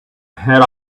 had